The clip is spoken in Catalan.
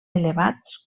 elevats